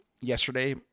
Yesterday